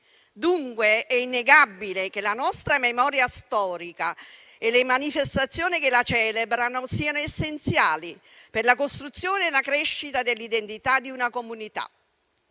Dunque, è innegabile che la nostra memoria storica e le manifestazioni che la celebrano siano essenziali per la costruzione e la crescita dell'identità di una comunità.